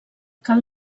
cal